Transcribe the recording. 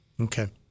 okay